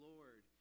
Lord